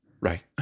right